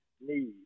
need